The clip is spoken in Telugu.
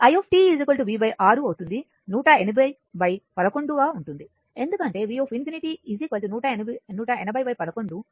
కాబట్టి iv 6 అవుతుంది 180 11 గా ఉంటుంది ఎందుకంటే v ∞ 18011